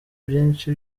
byinshi